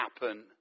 happen